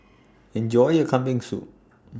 Enjoy your Kambing Soup